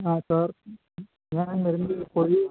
ആ സാർ ഞാൻ വരുന്നത് പൊഴി